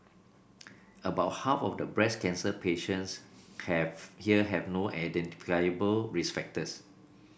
about half of the breast cancer patients have here have no identifiable risk factors